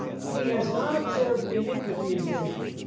he has not observed iniquity in jacob,